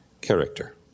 character